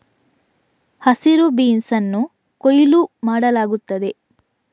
ಹಸಿರು ಬೀನ್ಸ್ ಅನ್ನು ಕೊಯ್ಲು ಮಾಡಲಾಗುತ್ತದೆ